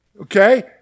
Okay